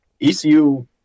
ECU –